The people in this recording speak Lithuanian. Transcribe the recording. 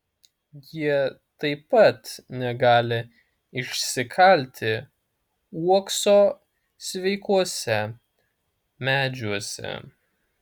jie taip pat negali išsikalti uokso sveikuose medžiuose